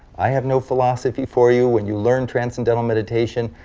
i have no philosophy for you when you learn transcendental meditation.